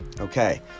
Okay